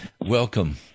Welcome